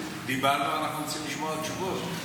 דיברנו, אנחנו רוצים לשמוע תשובות.